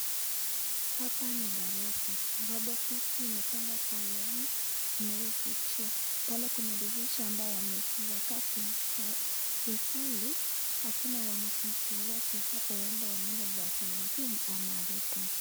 Hapa ni darasa, ambapo fiti imepangwa kwa laini inayofuatilia. Pale kuna dirisha ambayo wamefunga kati ni ukali. Ilhali hakuna wanafunzi wowote hapo huenda wameenda darasa lingine ama hawepo.